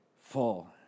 full